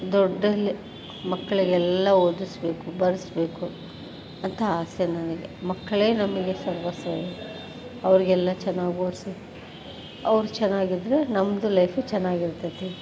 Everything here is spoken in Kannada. ದೊಡ್ಡಲ್ಲಿಯೇ ಮಕ್ಕಳಿಗೆಲ್ಲ ಓದಿಸಬೇಕು ಬರೆಸ್ಬೇಕು ಅಂತ ಆಸೆ ನನಗೆ ಮಕ್ಕಳೇ ನಮಗೆ ಸರ್ವಸ್ವ ಅವ್ರಿಗೆಲ್ಲ ಚೆನ್ನಾಗ್ ಓದಿಸಿ ಅವ್ರು ಚೆನ್ನಾಗಿದ್ರೆ ನಮ್ಮದು ಲೈಪು ಚೆನ್ನಾಗಿರ್ತದೆ